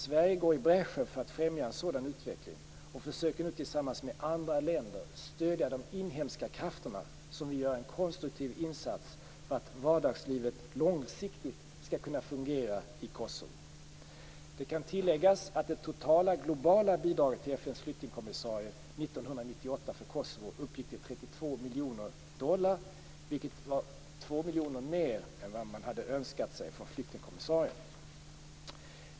Sverige går i bräschen för att främja en sådan utveckling och försöker nu tillsammans med andra länder stödja de inhemska krafter som vill göra en konstruktiv insats för att vardagslivet långsiktigt skall kunna fungera i Kosovo. Det kan tilläggas att det totala globala bidraget till FN:s flyktingkommissarie 1998 för Kosovo uppgick till 32 miljoner dollar, vilket var 2 miljoner mer än vad man önskat sig från flyktingkommissarien.